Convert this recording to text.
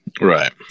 Right